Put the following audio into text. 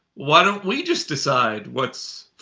why don't we just decide what's